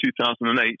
2008